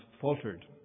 faltered